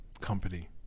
company